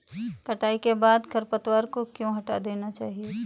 कटाई के बाद खरपतवार को क्यो हटा देना चाहिए?